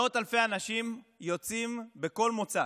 מאות אלפי אנשים יוצאים בכל מוצ"ש,